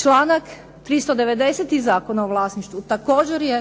Članak 390. Zakona o vlasništvu također je